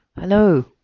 Hello